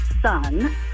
son